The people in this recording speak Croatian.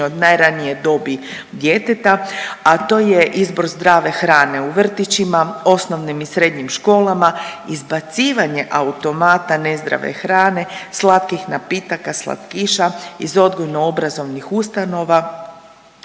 od najranije dobi djeteta, a to je izbor zdrave hrane u vrtićima, osnovnim i srednjim školama, izbacivanje automata nezdrave hrane, slatkih napitaka, slatkiša iz odgojno obrazovnih ustanova.